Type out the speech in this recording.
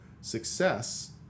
success